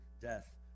death